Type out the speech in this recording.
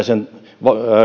sen